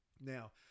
Now